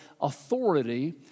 authority